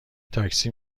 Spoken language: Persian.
تاکسی